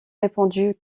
répandu